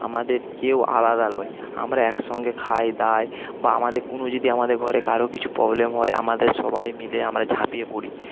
আমাদের কেউ আলাদা নয় আমরা একসঙ্গে খাই দাই বা আমাদের কোনও যদি আমাদের ঘরে কারোর কিছু প্রবলেম হয় আমাদের সবাই মিলে আমরা ঝাঁপিয়ে পড়ি